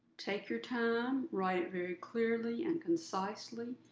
take your time. write very clearly and concisely.